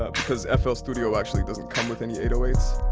ah because fl studio actually doesn't come with any